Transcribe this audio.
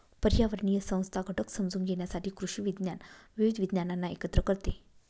पर्यावरणीय संस्था घटक समजून घेण्यासाठी कृषी विज्ञान विविध विज्ञानांना एकत्र करते